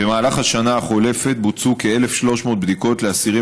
במהלך השנה החולפת בוצעו כ-1,300 בדיקות לאסירים